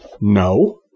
No